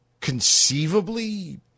conceivably